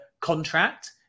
contract